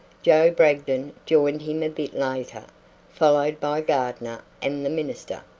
joe bragdon joined him a bit later, followed by gardner and the minister.